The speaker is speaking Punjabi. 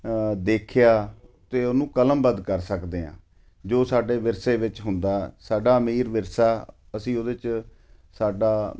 ਦੇਖਿਆ ਅਤੇ ਉਹਨੂੰ ਕਲਮਬੱਧ ਕਰ ਸਕਦੇ ਹਾਂ ਜੋ ਸਾਡੇ ਵਿਰਸੇ ਵਿੱਚ ਹੁੰਦਾ ਸਾਡਾ ਅਮੀਰ ਵਿਰਸਾ ਅਸੀਂ ਉਹਦੇ 'ਚ ਸਾਡਾ